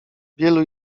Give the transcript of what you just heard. wielu